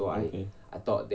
okay